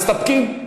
מסתפקים?